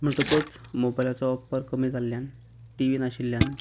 म्हणटकूच मोबायलाचो वापर कमी जाल्ल्यान टिवी नाशिल्ल्यान